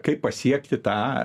kaip pasiekti tą